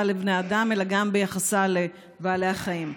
לבני אדם אלא גם ביחסה לבעלי החיים.